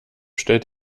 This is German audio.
stellt